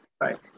right